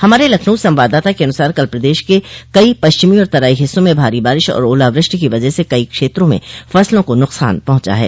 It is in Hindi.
हमारे लखनऊ संवाददाता के अनुसार कल प्रदेश के कई पश्चिमी और तराई हिस्सों में भारी बारिश और ओलावृष्टि की वजह से कई क्षेत्रों में फसलों का नुकसान पहुंचा है